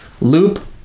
loop